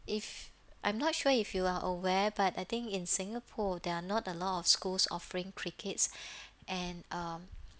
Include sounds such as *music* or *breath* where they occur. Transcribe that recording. if I'm not sure if you are aware but I think in singapore there are not a lot of schools offering crickets *breath* and um